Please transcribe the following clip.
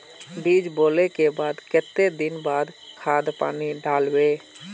बीज बोले के बाद केते दिन बाद खाद पानी दाल वे?